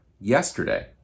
yesterday